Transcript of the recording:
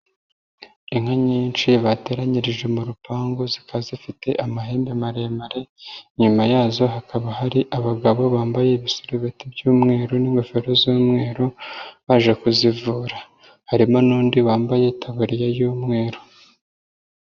Inka nyinshi bateranyirije mu rupangu zikaba zifite amahembe maremare nyuma yazo hakaba hari abagabo bambaye ubusarubeta by'umweru n'ingofero z'umweru baje kuzivura, harimo n'undi bambaye itaburiya y'umweru.